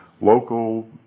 local